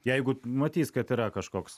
jeigu matys kad yra kažkoks